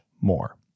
more